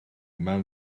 mewn